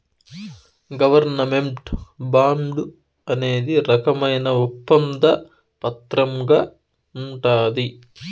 government bond అనేది రకమైన ఒప్పంద పత్రంగా ఉంటది